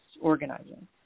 organizing